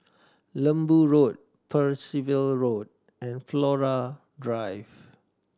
Lembu Road Percival Road and Flora Drive